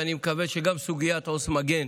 ואני מקווה שגם סוגיית עו"ס מגן